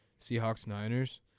Seahawks-Niners